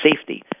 safety